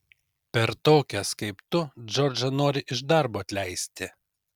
per tokias kaip tu džordžą nori iš darbo atleisti